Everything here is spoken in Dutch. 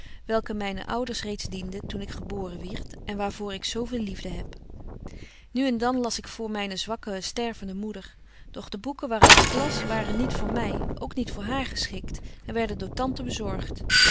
welke myne ouders reeds diende toen ik geboren wierd en waar voor ik zo veel liefde heb nu en dan las ik voor myne zwakke stervende moeder doch de boeken waar uit ik las waren niet voor my ook niet voor haar geschikt en werden door tante bezorgt